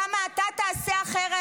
כמה אתה תעשה אחרת,